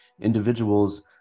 individuals